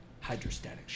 hydrostatic